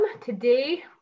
Today